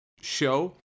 show